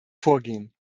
vorgehen